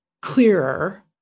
clearer